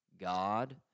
God